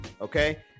okay